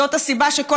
זאת הסיבה שכל